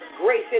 grace